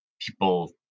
people